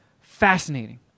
fascinating